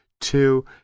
Two